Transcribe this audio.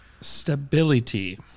Stability